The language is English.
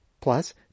Plus